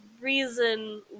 reason